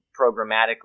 programmatically